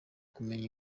kumenya